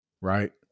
Right